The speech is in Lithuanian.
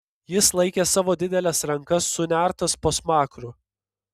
jis laikė savo dideles rankas sunertas po smakru